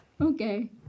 Okay